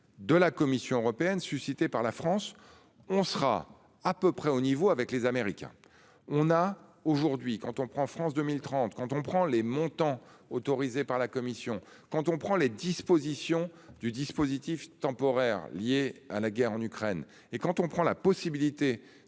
de la Commission européenne suscitée par la France. On sera à peu près au niveau avec les Américains. On a aujourd'hui quand on prend France 2030 quand on prend les montants autorisés par la Commission. Quand on prend les dispositions du dispositif temporaire lié à la guerre en Ukraine et quand on prend la possibilité